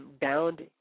bound